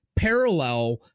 parallel